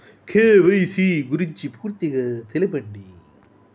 KYC గురించి పూర్తిగా తెలపండి?